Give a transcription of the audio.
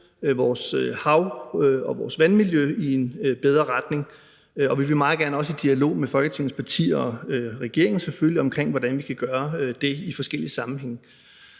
vores hav- og vandmiljø og få det i en bedre retning, og vi vil meget gerne også i dialog med Folketingets partier og regeringen, selvfølgelig, om, hvordan vi kan gøre det i forskellige sammenhænge.